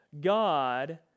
God